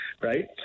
right